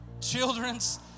children's